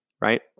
right